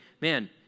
man